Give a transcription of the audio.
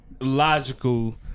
logical